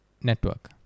network